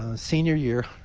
ah senior year,